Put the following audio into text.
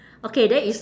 okay then it's